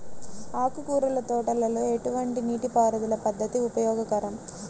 ఆకుకూరల తోటలలో ఎటువంటి నీటిపారుదల పద్దతి ఉపయోగకరం?